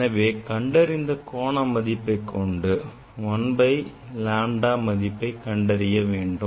எனவே கண்டறிந்த கோண மதிப்பைக் கொண்டு 1 by lambda மதிப்பை கண்டறிய வேண்டும்